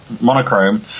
monochrome